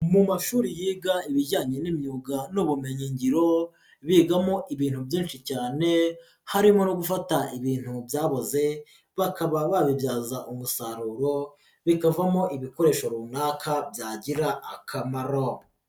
Mu mashuri yiga ibijyanye n'imyuga n'ubumenyigiro, bigamo ibintu byinshi cyane, harimo no gufata ibintu byaboze bakaba babibyaza umusaruro, bikavamo ibikoresho runaka byagira akamaro.